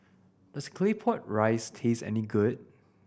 does Claypot Rice taste any good